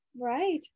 Right